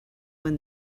when